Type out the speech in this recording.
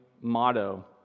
motto